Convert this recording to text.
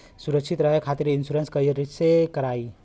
सुरक्षित रहे खातीर इन्शुरन्स कईसे करायी?